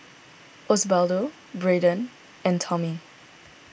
Osbaldo Braeden and Tommy